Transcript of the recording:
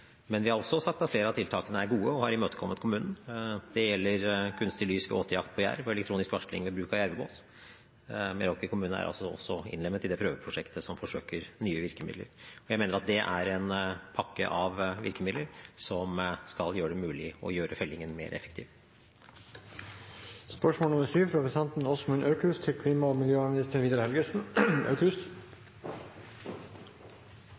Men vi har også sagt at flere av tiltakene er gode, og har imøtekommet kommunen. Det gjelder kunstig lys ved åtejakt på jerv og elektronisk varsling ved bruk av jervbås. Meråker kommune er altså innlemmet i det prøveprosjektet som forsøker nye virkemidler. Jeg mener at det er en pakke av virkemidler som skal gjøre det mulig å gjøre fellingen mer effektiv. «Klima- og miljødepartementet vedtok i høst å avslutte arbeidet med å opprette en genbank for villaksbestandene i Hardanger, og